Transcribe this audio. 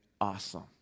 awesome